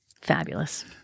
Fabulous